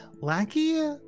lackey